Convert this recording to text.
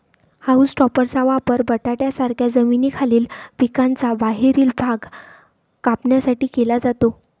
haulm टॉपरचा वापर बटाट्यांसारख्या जमिनीखालील पिकांचा बाहेरील भाग कापण्यासाठी केला जातो